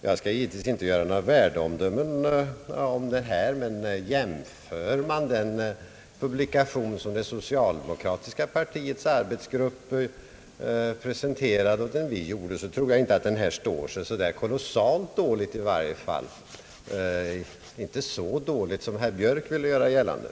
Jag skall givetvis inte göra några värdeomdömen här, men om man jämför den publikation som den socialdemokratiska arbetsgruppen presenterade och den vi gjorde, tror jag inte att vår står sig så kolossalt dåligt som herr Björk ville göra gällande.